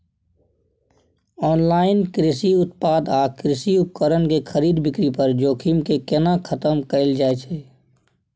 Online कृषि उत्पाद आ कृषि उपकरण के खरीद बिक्री पर जोखिम के केना खतम कैल जाए छै?